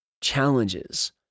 challenges